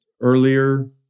earlier